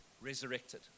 resurrected